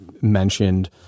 mentioned